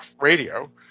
radio